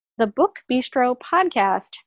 thebookbistropodcast